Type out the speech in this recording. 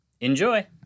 Enjoy